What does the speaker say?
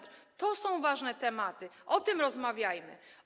To są ważne tematy, o tym rozmawiajmy.